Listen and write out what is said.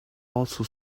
also